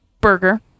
burger